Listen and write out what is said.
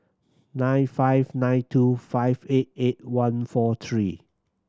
nine five nine two five eight eight one four three